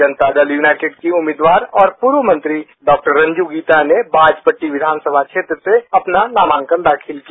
जनता Dal United की उम्मीदवार और पूर्व मंत्री डाक्टर रंजू गीता ने बाजपट्टी विघानसभा क्षेत्र से अपना नामांकन दाखिल किया